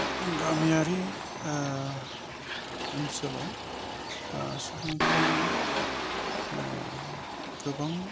गामियारि ओनसोलाव सुबुंफोरा गोबां